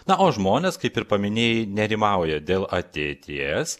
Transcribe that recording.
na o žmonės kaip ir paminėjai nerimauja dėl ateities